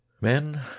men